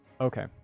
Okay